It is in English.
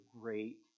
great